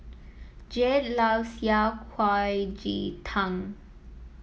Jared loves Yao Cai Ji Tang